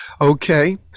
Okay